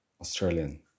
australian